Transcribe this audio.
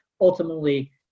ultimately